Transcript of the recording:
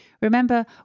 Remember